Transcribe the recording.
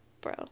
Bro